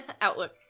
Outlook